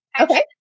Okay